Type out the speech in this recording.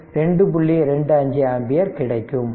25 ampere கிடைக்கும்